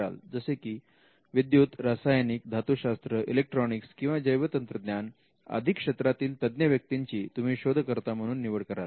जसे की विद्युत रासायनिक धातुशास्त्र इलेक्ट्रॉनिक्स किंवा जैवतंत्रज्ञान आदि क्षेत्रातील तज्ञ व्यक्तींची तुम्ही शोधकर्ता म्हणून निवड कराल